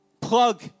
Plug